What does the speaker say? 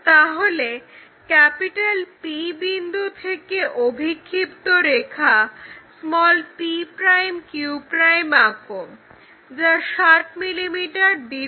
তাহলে P বিন্দু থেকে অভিক্ষিপ্ত রেখা p'q' আঁকোযা 60 mm দীর্ঘ